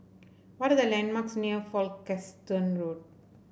what are the landmarks near Folkestone Road